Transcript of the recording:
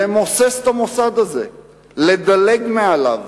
לדלג מעליו,